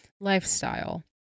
lifestyle